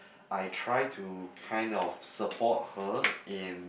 I try to kind of support her in